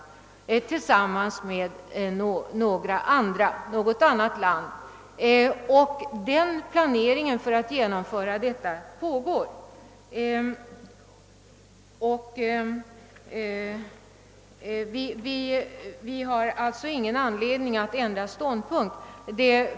Planeringen på att genomföra det projektet pågår för närvarande. Vi har därför ingen anledning att nu inta en ändrad ståndpunkt.